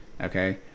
Okay